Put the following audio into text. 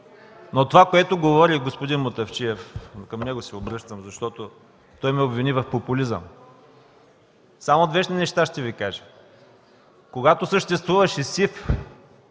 Но това, което говори господин Мутафчиев – към него се обръщам, защото той ме обвини в популизъм... Само две неща ще Ви кажа. Когато съществуваше СИВ